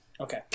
Okay